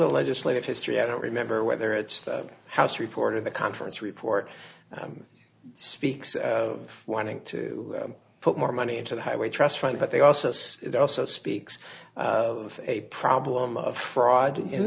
the legislative history i don't remember whether it's the house report of the conference report speaks of wanting to put more money into the highway trust fund but they also say it also speaks of a problem i'm of fraud in